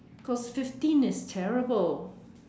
because fifteen is terrible